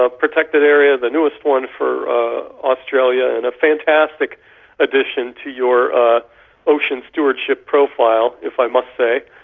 ah protected areas, the newest one for australia and a fantastic addition to your ah ocean stewardship profile, if i must say,